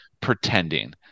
pretending